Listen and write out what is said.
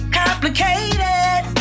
complicated